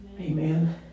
Amen